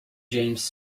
james